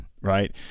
right